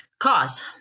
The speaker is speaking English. Cause